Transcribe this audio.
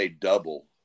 double